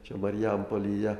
čia marijampolėje